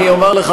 אני אומר לך,